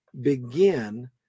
begin